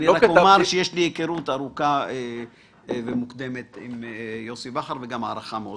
אני רק אומר שיש לי היכרות מוקדמת עם יוסי בכר והערכה מאוד גדולה.